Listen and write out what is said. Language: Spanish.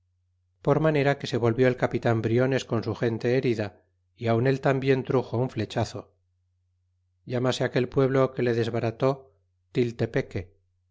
por manera que se volvió el capitan briones con su gente herida y aun él tambien truxo un flechazo llámase aquel pueblo que le desbaraté